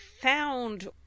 found